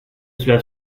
cela